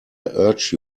urge